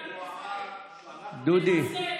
הוא אמר שאנחנו, דודי,